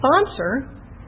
sponsor